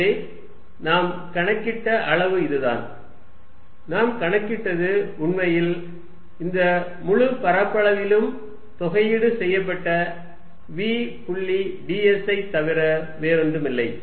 எனவே நாம் கணக்கிட்ட அளவு இதுதான் நாம் கணக்கிட்டது உண்மையில் இந்த முழு பரப்பளவிலும் தொகையீடு செய்யப்பட்ட v புள்ளி ds ஐத் தவிர வேறொன்றுமில்லை